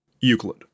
Euclid